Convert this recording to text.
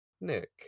Nick